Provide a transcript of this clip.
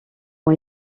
ont